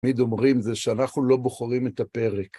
תמיד אומרים זה שאנחנו לא בוחרים את הפרק.